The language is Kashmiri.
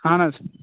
اَہن حظ